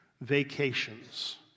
vacations